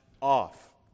off